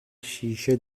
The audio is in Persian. شیشه